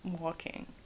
walking